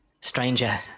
Stranger